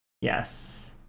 Yes